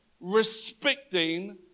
respecting